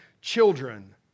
children